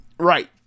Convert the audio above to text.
right